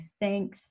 Thanks